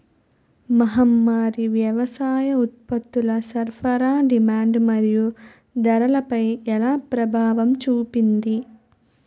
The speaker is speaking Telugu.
మహమ్మారి వ్యవసాయ ఉత్పత్తుల సరఫరా డిమాండ్ మరియు ధరలపై ఎలా ప్రభావం చూపింది?